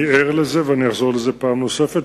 אני ער לזה ואני אחזור לזה פעם נוספת,